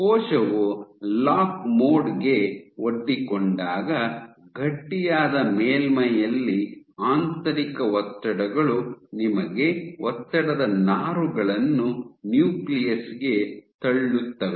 ಕೋಶವು lock mode ಗೆ ಒಡ್ಡಿಕೊಂಡಾಗ ಗಟ್ಟಿಯಾದ ಮೇಲ್ಮೈಯಲ್ಲಿ ಆಂತರಿಕ ಒತ್ತಡಗಳು ನಿಮಗೆ ಒತ್ತಡದ ನಾರುಗಳನ್ನು ನ್ಯೂಕ್ಲಿಯಸ್ ಗೆ ತಳ್ಳುತ್ತವೆ